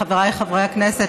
חבריי חברי הכנסת,